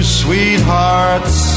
sweethearts